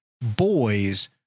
boys